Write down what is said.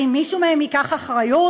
האם מישהו מהם ייקח אחריות?